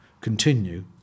continue